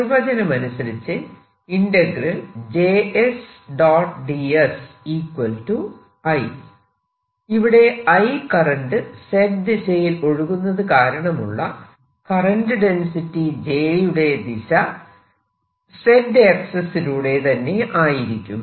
നിർവചനമനുസരിച്ച് ഇവിടെ I current Z ദിശയിൽ ഒഴുകുന്നത് കാരണമുള്ള കറന്റ് ഡെൻസിറ്റി j യുടെ ദിശ Z ആക്സിസിലൂടെ തന്നെയായിരിക്കും